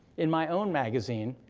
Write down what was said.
in my own magazine,